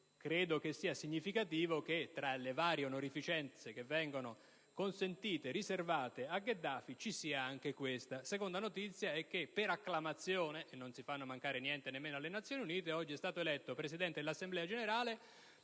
credo che sia significativo che, tra le varie onorificenze che vengono attribuite e riservate a Gheddafi, ci sia anche questa. La seconda notizia è che per acclamazione - perché non si fanno mancare nulla nemmeno alle Nazioni Unite - oggi è stato eletto presidente dell'Assemblea generale